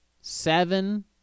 seven